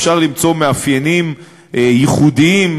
אפשר למצוא מאפיינים ייחודיים,